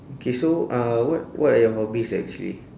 okay so uh what what are your hobbies actually